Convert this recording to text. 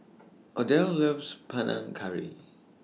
Odell loves Panang Curry